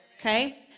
Okay